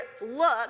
look